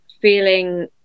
feeling